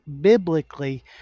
biblically